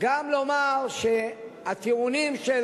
גם לומר שהטיעונים של